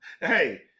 Hey